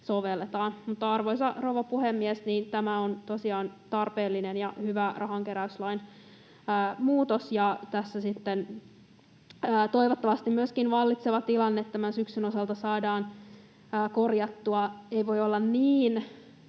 sovelletaan. Arvoisa rouva puhemies! Tämä on tosiaan tarpeellinen ja hyvä rahankeräyslain muutos, ja toivottavasti myöskin vallitseva tilanne tämän syksyn osalta saadaan korjattua. Ei voi olla niin,